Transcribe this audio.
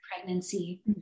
pregnancy